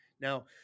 Now